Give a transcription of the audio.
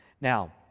Now